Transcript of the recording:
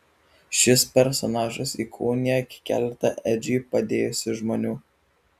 šis personažas įkūnija keletą edžiui padėjusių žmonių